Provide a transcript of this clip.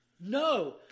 No